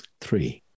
Three